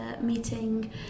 meeting